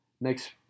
next